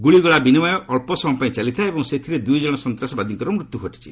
ଗୁଳିଗୋଳା ବିନିମୟ ଅଳ୍ପ ସମୟ ପାଇଁ ଚାଲିଥିଲା ଏବଂ ସେଥିରେ ଦୁଇ ଜଣ ସନ୍ତାସବାଦୀଙ୍କର ମୃତ୍ୟୁ ଘଟିଛି